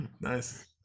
Nice